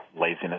laziness